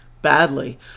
Badly